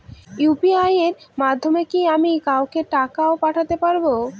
UPI এর মাধ্যমে কি আমি কাউকে টাকা ও পাঠাতে পারবো?